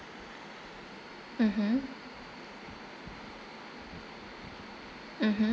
mmhmm mmhmm